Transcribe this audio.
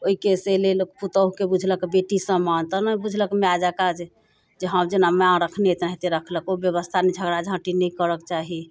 ओहिके से लेल पुतहुके बुझलक बेटी समान तहन ने बुझलक माइ जकाँ जे जे हाँ जेना माइ रखने तेनाहिते रखलक ओ बेबस्था नहि झगड़ा झाँटि नहि करऽके चाही